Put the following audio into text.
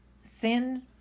Sin